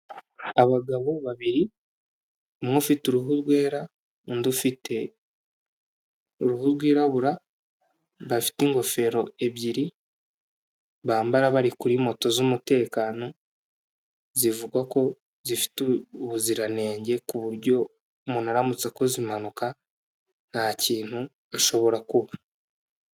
Abagabo babiri umwe ufite uruhu rwera undi ufite uruhu rwirabura, bafite ingofero ebyiri bambara bari kuri moto z'umutekano, zivugwa ko zifite ubuziranenge ku buryo umuntu aramutse akoze impanuka ntakintu ashobora kuba.